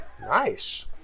Nice